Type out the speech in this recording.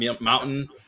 mountain